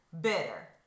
bitter